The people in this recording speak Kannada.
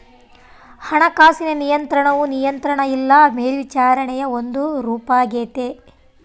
ಹಣಕಾಸಿನ ನಿಯಂತ್ರಣವು ನಿಯಂತ್ರಣ ಇಲ್ಲ ಮೇಲ್ವಿಚಾರಣೆಯ ಒಂದು ರೂಪಾಗೆತೆ